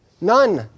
None